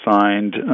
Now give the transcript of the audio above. signed